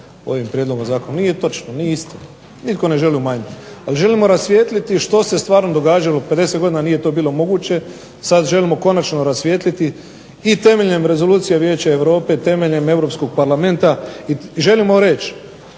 ovim prijedlogom zakona. Nije točno, nije istina. Nitko ne želi umanjiti, ali želimo rasvijetliti što se stvarno događalo. 50 godina nije to bilo moguće. Sad želimo konačno rasvijetliti i temeljem Rezolucije vijeća Europe, temeljem Europskog parlamenta i želimo reći